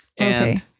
okay